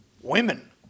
women